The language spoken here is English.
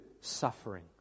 suffering